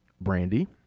Brandy